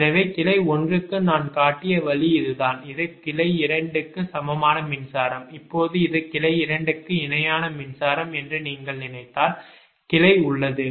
எனவே கிளை 1 க்கு நான் காட்டிய வழி இதுதான் இது கிளை 2 க்கு சமமான மின்சாரம் இப்போது இது கிளை 2 க்கு இணையான மின்சாரம் என்று நீங்கள் நினைத்தால் கிளை உள்ளது